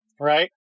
right